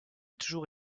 toujours